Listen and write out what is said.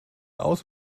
aus